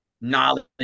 knowledge